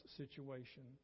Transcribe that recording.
situation